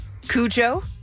Cujo